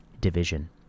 Division